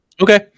Okay